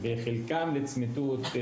וחלקם לצמיתות,